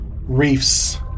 reefs